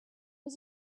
was